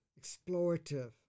explorative